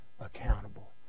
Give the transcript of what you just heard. accountable